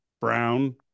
Brown